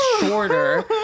shorter